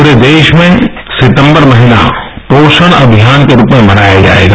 पूरे देश में सितंबर महीना पोषण अभियान के रूप में मनाया जायेगा